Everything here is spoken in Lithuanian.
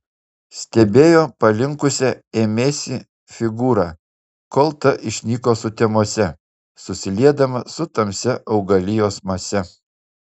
stebėjo palinkusią ėmėsi figūrą kol ta išnyko sutemose susiliedama su tamsia augalijos mase